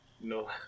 No